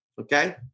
Okay